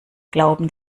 glauben